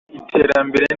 iterambere